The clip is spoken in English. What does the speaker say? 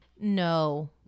No